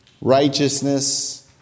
Righteousness